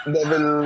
Devil